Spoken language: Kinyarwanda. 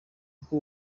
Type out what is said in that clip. uko